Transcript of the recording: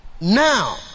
Now